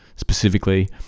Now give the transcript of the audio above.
specifically